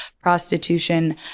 prostitution